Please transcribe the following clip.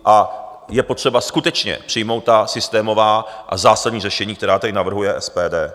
A je potřeba skutečně přijmout ta systémová a zásadní řešení, která tady navrhuje SPD.